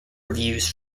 reviews